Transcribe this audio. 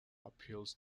appeals